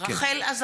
(קוראת בשמות חברי הכנסת) רחל עזריה,